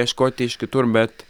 ieškoti iš kitur bet